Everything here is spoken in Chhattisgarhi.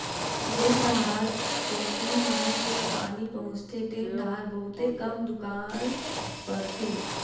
जेन डाहर कोती नहर के पानी पहुचथे तेन डाहर बहुते कम दुकाल परथे